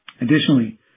Additionally